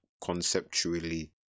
conceptually